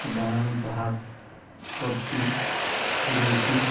दाल भात सब्जी रोटी